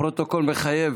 הפרוטוקול מחייב